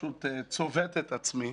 פשוט צובט את עצמי.